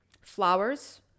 flowers